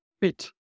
bit